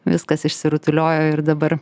viskas išsirutuliojo ir dabar